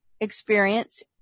experience